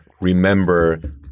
remember